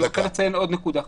אני רוצה לציין עוד נקודה חשובה.